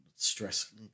stress